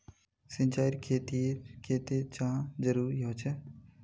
सिंचाईर खेतिर केते चाँह जरुरी होचे?